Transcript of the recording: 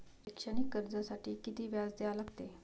शैक्षणिक कर्जासाठी किती व्याज द्या लागते?